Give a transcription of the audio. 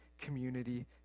community